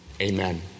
Amen